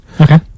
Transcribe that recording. Okay